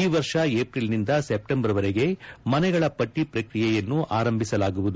ಈ ವರ್ಷ ಏಪ್ರಿಲ್ನಿಂದ ಸೆಪ್ಟೆಂಬರ್ ತಿಂಗಳಿಂದಲೇ ಮನೆಗಳ ಪಟ್ಟಿ ಪ್ರಕ್ರಿಯೆಯನ್ನು ಆರಂಭಿಸಲಾಗುವುದು